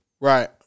Right